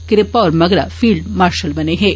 किरप्पा होर मगरा field marshal बने हे